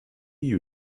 you